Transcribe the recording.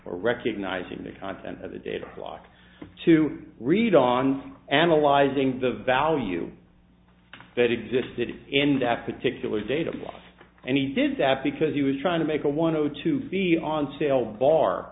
or recognizing the content of the data block to read on analyzing the value that existed in that particular datable and he did that because he was trying to make a one zero to be on sale bar